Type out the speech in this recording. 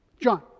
John